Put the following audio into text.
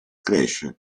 cresce